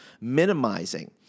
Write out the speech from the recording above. Minimizing